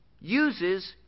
uses